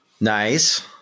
nice